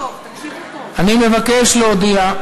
אני מבקש להודיע,